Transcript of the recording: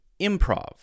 improv